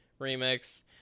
remix